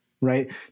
right